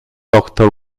doctor